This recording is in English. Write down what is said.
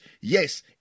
Yes